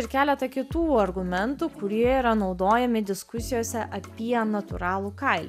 ir keletą kitų argumentų kurie yra naudojami diskusijose apie natūralų kailį